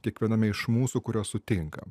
kiekviename iš mūsų kuriuos sutinkam